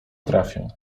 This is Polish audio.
trafię